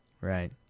Right